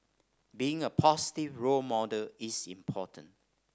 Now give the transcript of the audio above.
being a positive role model is important